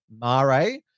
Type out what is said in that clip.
Mare